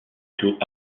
clos